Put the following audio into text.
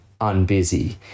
unbusy